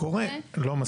קורה, לא מספיק.